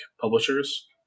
Publishers